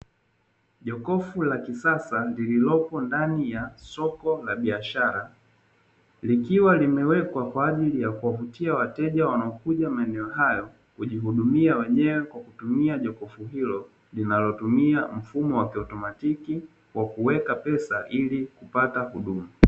Jokofu la kisasa lililoko ndani ya soko la biashara, likiwa limewekwa kwaajili ya kuwavutia wateja wanaokuja maeneo hayo, kujihudumia wenyewe kwa kutumia jokofu hilo. Linatumia mfumo wa kiatomatiki wa kuweka pesa ili kupata huduma.